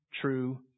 true